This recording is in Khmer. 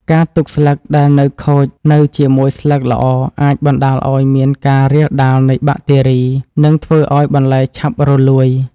ការទុកស្លឹកដែលខូចនៅជាមួយស្លឹកល្អអាចបណ្តាលឱ្យមានការរាលដាលនៃបាក់តេរី និងធ្វើឱ្យបន្លែឆាប់រលួយ។